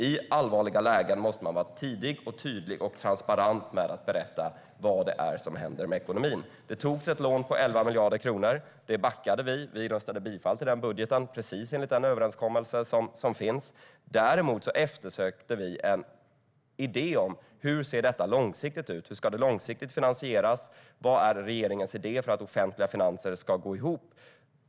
I allvarliga lägen måste man vara tidig, tydlig och transparent med att berätta vad det är som händer med ekonomin. Det togs ett lån på 11 miljarder kronor. Det backade vi upp och röstade bifall till den budgeten, precis enligt den överenskommelse som gjorts. Däremot eftersökte vi en idé om hur detta långsiktigt ska finansieras och regeringens idé om hur de offentliga finanserna ska gå ihop.